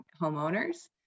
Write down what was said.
homeowners